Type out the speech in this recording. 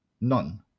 none